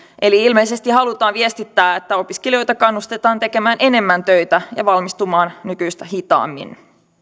eli ilmeisesti halutaan viestittää että opiskelijoita kannustetaan tekemään enemmän töitä ja valmistumaan nykyistä hitaammin